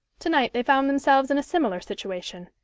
to-night they found themselves in a similar situation,